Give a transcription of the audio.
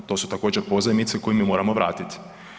To su također pozajmice koje mi moramo vratiti.